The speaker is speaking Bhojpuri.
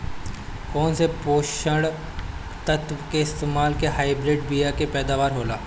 कौन से पोषक तत्व के इस्तेमाल से हाइब्रिड बीया के पैदावार बढ़ेला?